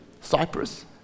Cyprus